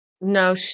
No